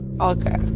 okay